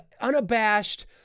unabashed